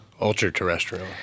Ultra-terrestrial